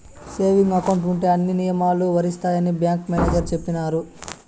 saving account ఉంటే అన్ని నియమాలు వర్తిస్తాయని బ్యాంకు మేనేజర్ చెప్పినారు